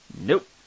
nope